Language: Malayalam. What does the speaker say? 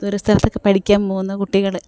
ദൂരെ സ്ഥലത്തൊക്കെ പഠിക്കാൻ പോകുന്ന കുട്ടികൾ